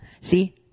See